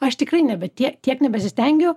aš tikrai nebe tie tiek nebesistengiu